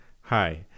Hi